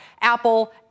Apple